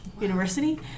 university